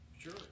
Sure